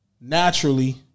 Naturally